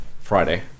Friday